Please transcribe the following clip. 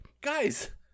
Guys